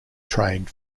trained